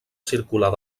circular